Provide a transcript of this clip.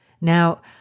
Now